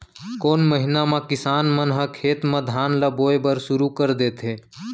कोन महीना मा किसान मन ह खेत म धान ला बोये बर शुरू कर देथे?